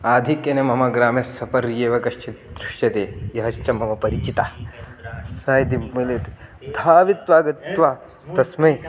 आधिक्येन मम ग्रामे सपर्येव कश्चित् दृश्यते यश्च मम परिचितः सः यदि मिलेत् धावित्वा गत्वा तस्मै